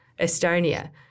Estonia